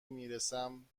میرسم